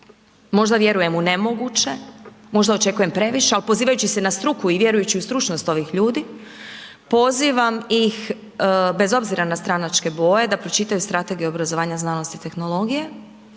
možda vjerujem u nemoguće, možda očekujem previše, al pozivajući se na struku i vjerujući u stručnost ovih ljudi, pozivam ih, bez obzira na stranačke boje, da pročitaju strategiju obrazovanja znanosti i tehnologije,